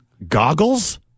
Goggles